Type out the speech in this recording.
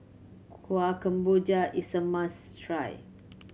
Kueh Kemboja is a must try